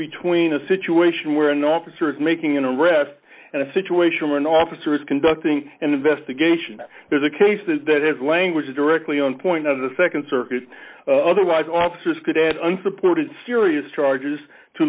between a situation where an officer is making an arrest in a situation where an officer is conducting an investigation and there's a case that is language directly on point of the nd circuit otherwise officers could add unsupported serious charges to